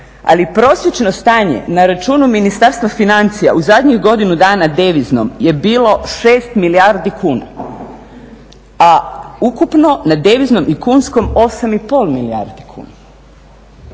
Ali prosječno stanje na računu Ministarstva financija u zadnjih godinu dana deviznom je bilo 6 milijardi kuna, a ukupno na deviznom i kunskom 8 i pol milijardi kuna.